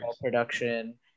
production